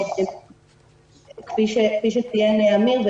כפי שציין אמיר חייק,